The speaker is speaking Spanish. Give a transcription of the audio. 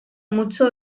mucho